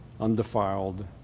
undefiled